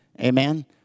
Amen